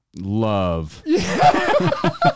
love